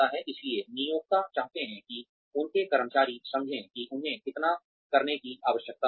इसलिए नियोक्ता चाहते हैं कि उनके कर्मचारी समझें कि उन्हें कितना करने की आवश्यकता है